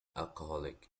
alcoholic